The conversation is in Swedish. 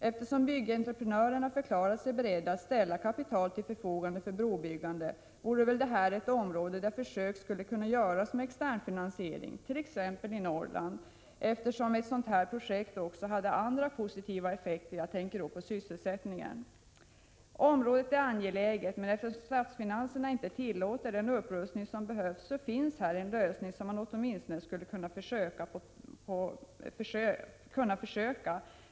Eftersom byggentreprenörerna förklarat sig beredda att ställa kapital till förfogande för brobyggandet vore väl detta ett område där försök med externfinansiering skulle kunna göras, t.ex. i Norrland, eftersom ett sådant här projekt också skulle ha andra positiva effekter. Jag tänker då på sysselsättningen. Området är angeläget, men eftersom statsfinanserna inte tillåter den upprustning som behövs, finns här en lösning som man åtminstone borde försöka.